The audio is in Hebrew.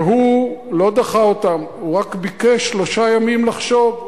והוא לא דחה אותם, הוא רק ביקש שלושה ימים לחשוב.